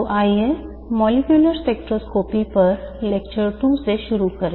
तो आइए molecular spectroscopy पर लेक्चर 2 से शुरू करें